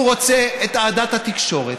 הוא רוצה את אהדת התקשורת.